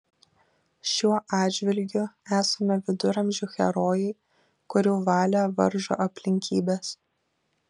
šiuo atžvilgiu esame viduramžių herojai kurių valią varžo aplinkybės